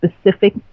specific